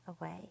away